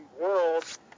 world